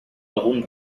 algun